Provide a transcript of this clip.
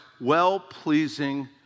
well-pleasing